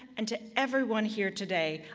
and to everyone here today,